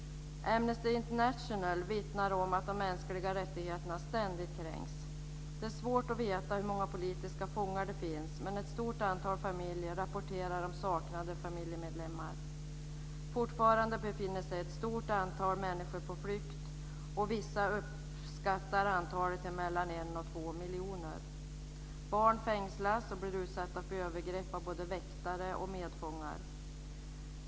Amnesty International vittnar om att de mänskliga rättigheterna ständigt kränks. Det är svårt att veta hur många politiska fångar det finns, men ett stort antal familjer rapporterar om saknade familjemedlemmar. Fortfarande befinner sig ett stort antal människor på flykt, och vissa uppskattar antalet till mellan en och två miljoner. Barn fängslas och blir utsatta för övergrepp av både väktare och medfångar.